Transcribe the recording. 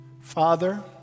Father